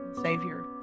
Savior